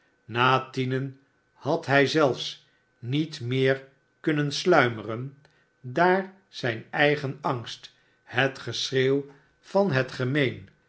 na tienen had hij zelfs niet meer kunnen sluimeren daar zijn eigen angst het gerschreeuw van het gemeen